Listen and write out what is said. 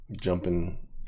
jumping